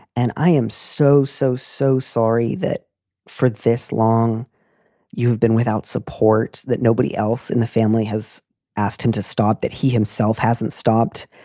and i am so, so, so sorry that for this long you have been without support, that nobody else in the family has asked him to stop. that he himself hasn't stopped.